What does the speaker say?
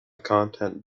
content